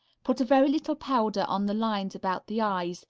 put a very little powder on the lines about the eyes,